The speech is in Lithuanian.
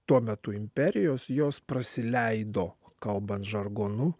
tuo metu imperijos jos prasileido kalbant žargonu